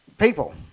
people